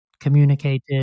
communicated